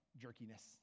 jerkiness